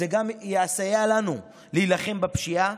זה גם יסייע לנו להילחם בפשיעה,